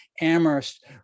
amherst